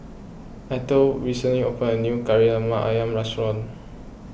Eithel recently opened a new Kari Lemak Ayam restaurant